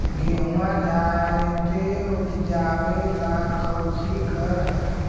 गेहुमा जायदे उपजाबे ला कौची कर हखिन?